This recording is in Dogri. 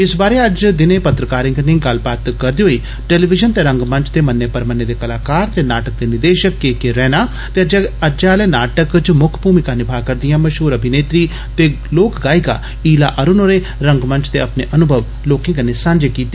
इस बारै अज्ज दिने पत्रकारें कन्नै गल्लबात करदे होई टेलीबिजन ते रंगमंच दे मन्ने परमन्ने दे कलाकार ते नाटक ने र्निदेशक के के रैणा ते अज्जै आले नाटक च मुक्ख भूमिका निभा करदिया मशूर अभिनेत्री ते लोक गायिका इला अरूण होरे रंगमंच दे अपने अनुमव साझे कीते